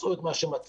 מצאו את מה שמצאו.